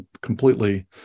completely